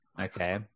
okay